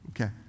Okay